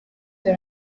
dore